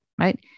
right